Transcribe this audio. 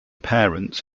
parents